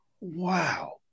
Wow